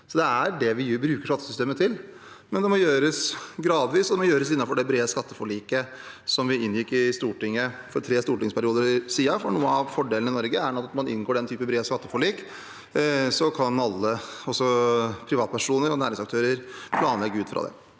Det er det vi bruker skattesystemet til, men det må gjøres gradvis og innenfor det brede skatteforliket vi inngikk i Stortinget for tre stortingsperioder siden. Noe av fordelen i Norge er at når man inngår den typen brede skatteforlik, kan alle privatpersoner og næringsaktører planlegge ut fra det.